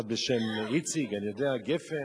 אחד בשם איציק גפן,